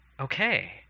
okay